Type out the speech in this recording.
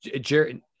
jerry